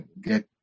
get